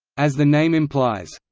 as the name implies,